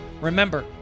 remember